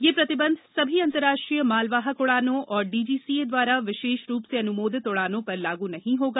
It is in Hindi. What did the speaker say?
ये प्रतिबंध सभी अंतरराष्ट्रीय मालवाहक उड़ानों और डीजीसीए द्वारा विशेष रूप से अनुमोदित उड़ानों पर लागू नहीं होगा